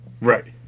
Right